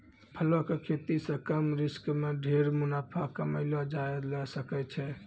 फलों के खेती सॅ कम रिस्क मॅ ढेर मुनाफा कमैलो जाय ल सकै छै